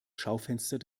schaufenster